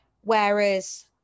whereas